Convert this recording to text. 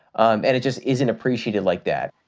um and it just isn't appreciated like that